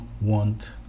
want